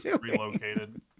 relocated